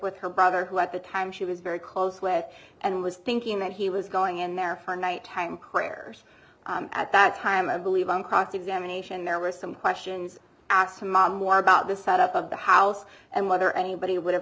with her brother who at the time she was very close with and was thinking that he was going in there for nighttime crackers at that time i believe on cross examination there were some questions asked mom what about the set up of the house and whether anybody would have